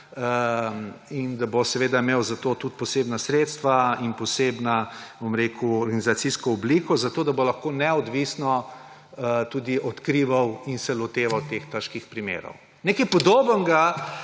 in bo imel zato tudi posebna sredstva in posebno organizacijsko obliko, da bo lahko neodvisno tudi odkrival in se loteval teh težkih primerov. Nekaj podobnega